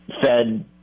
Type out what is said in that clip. Fed